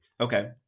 Okay